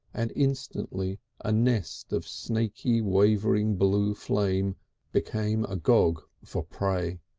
and instantly a nest of snaky, wavering blue flame became agog for prey.